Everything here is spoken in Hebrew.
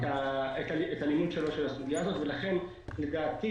לכן לדעתי